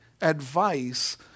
advice